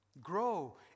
Grow